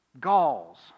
Gauls